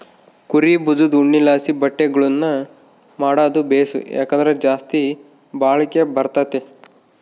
ಕುರೀ ಬುಜದ್ ಉಣ್ಣೆಲಾಸಿ ಬಟ್ಟೆಗುಳ್ನ ಮಾಡಾದು ಬೇಸು, ಯಾಕಂದ್ರ ಜಾಸ್ತಿ ಬಾಳಿಕೆ ಬರ್ತತೆ